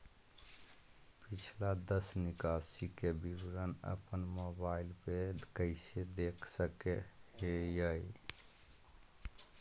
पिछला दस निकासी के विवरण अपन मोबाईल पे कैसे देख सके हियई?